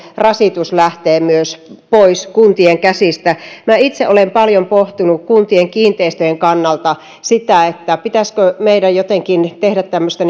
rasitus lähtee pois kuntien käsistä minä itse olen paljon pohtinut kuntien kiinteistöjen kannalta sitä pitäisikö meidän jotenkin tehdä tämmöistä